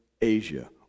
Asia